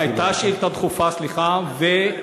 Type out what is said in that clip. הייתה שאילתה דחופה, סליחה.